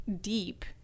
deep